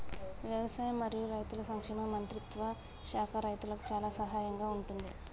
వ్యవసాయం మరియు రైతుల సంక్షేమ మంత్రిత్వ శాఖ రైతులకు చాలా సహాయం గా ఉంటుంది